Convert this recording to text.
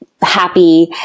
happy